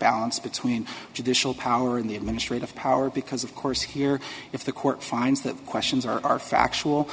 balance between judicial power in the administrative power because of course here if the court finds that questions are factual